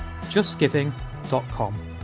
justgiving.com